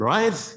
Right